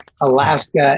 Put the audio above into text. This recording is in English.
Alaska